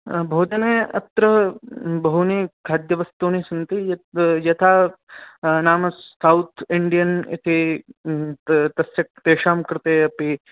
भोजने अत्र बहूनि खाद्यवस्तूनि सन्ति यत् यथा नाम सौत् इण्डियन् इति तस्य तेषां कृते अपि